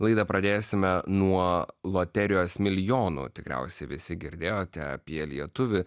laidą pradėsime nuo loterijos milijonų tikriausiai visi girdėjote apie lietuvį